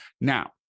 Now